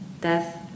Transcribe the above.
Death